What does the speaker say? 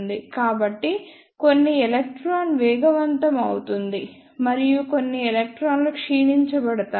కాబట్టి కొన్ని ఎలక్ట్రాన్ వేగవంతం అవుతుంది మరియు కొన్ని ఎలక్ట్రాన్లు క్షీణించబడతాయి